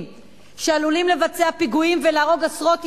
שעלולים לבצע פיגועים ולהרוג עשרות ישראלים.